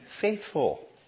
faithful